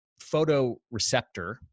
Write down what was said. photoreceptor